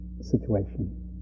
situation